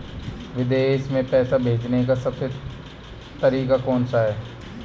विदेश में पैसा भेजने का सबसे तेज़ तरीका कौनसा है?